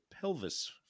pelvis